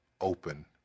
open